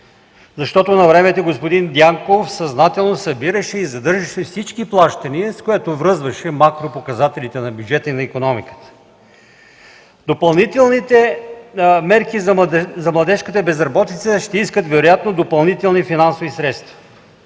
защото навремето господин Дянков съзнателно събираше и задържаше всички плащания, с което връзваше макропоказателите на бюджета и на икономиката. Допълнителните мерки за младежката безработица ще искат вероятно допълнителни финансови средства.